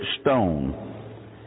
stone